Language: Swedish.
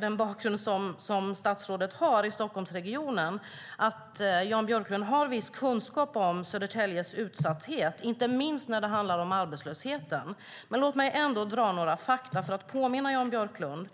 den bakgrund som statsrådet har i Stockholmsregionen, att Jan Björklund har en viss kunskap om Södertäljes utsatthet, inte minst när det handlar om arbetslösheten. Men låt mig ändå dra några fakta för att påminna Jan Björklund.